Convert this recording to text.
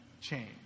change